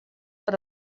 per